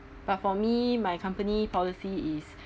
but for me my company policy is